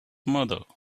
mother